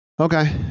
Okay